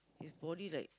his body like